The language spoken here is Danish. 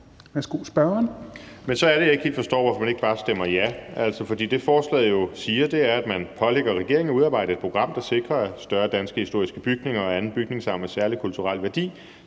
Men så er det, at jeg ikke helt forstår, hvorfor man ikke bare stemmer ja. For det, forslaget siger, er, at man »pålægger regeringen at udarbejde et program, der sikrer, at større danske historiske bygninger og anden bygningsarv med særlig kulturel værdi